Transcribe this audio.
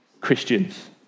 Christians